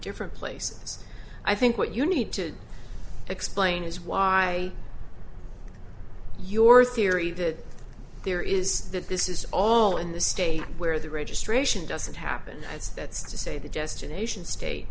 different places i think what you need to explain is why your theory that there is that this is all in the state where the registration doesn't happen as that's to say the destination state